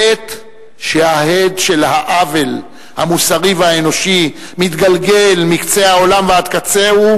בעת שההד של העוול המוסרי והאנושי מתגלגל מקצה העולם ועד קצהו,